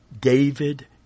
David